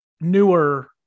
newer